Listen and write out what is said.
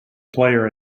player